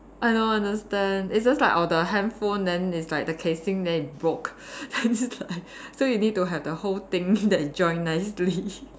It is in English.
I don't understand it's just like our the handphone then it's like the casing then it broke then it's like so you need to have the whole thing that join nicely